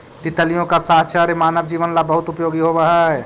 तितलियों का साहचर्य मानव जीवन ला बहुत उपयोगी होवअ हई